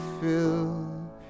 fill